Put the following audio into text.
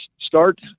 start